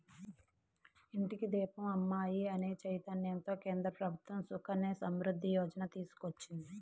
ఇంటికి దీపం అమ్మాయి అనే చైతన్యంతో కేంద్ర ప్రభుత్వం సుకన్య సమృద్ధి యోజన తీసుకొచ్చింది